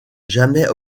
jamais